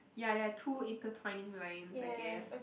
ya there are two intertwining lines I guess